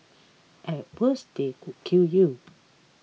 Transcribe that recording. at worst they could kill you